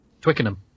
Twickenham